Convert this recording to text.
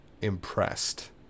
impressed